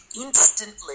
instantly